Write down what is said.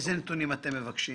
איזה נתונים אתם מבקשים?